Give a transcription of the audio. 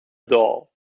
doll